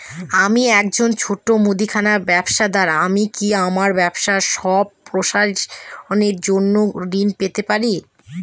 আমি একজন ছোট মুদিখানা ব্যবসাদার আমি কি আমার ব্যবসা সম্প্রসারণের জন্য ঋণ পেতে পারি?